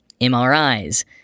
MRIs